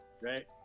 right